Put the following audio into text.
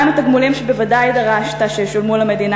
מה הם התגמולים שבוודאי דרשת שישולמו למדינה